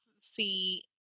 see